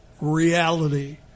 reality